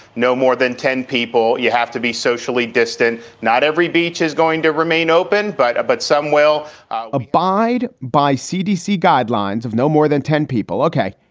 no more than ten people. you have to be socially distant. not every beach is going to remain open but but some will abide by cdc guidelines of no more than ten people, ok.